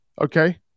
Okay